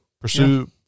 Pursue